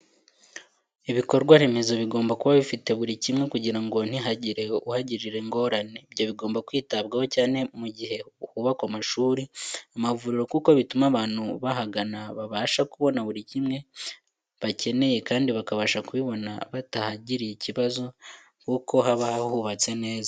Ibikorwa remezo bigomba kuba bifite buri kimwe kugira ngo ntihagire uhagirira ingorane. Ibyo bigomba kwitabwaho cyane mu gihe hubakwa amashuri, amavuriro kuko bituma abantu bahagana babasha kubona buri kimwe bakeneye kandi bakabasha kubibona batahagiriye ikibazo, kuko haba hubatse neza.